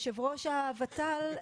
-- יושב-ראש הוות"ל,